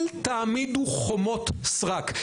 אל תעמידו חומות סרק.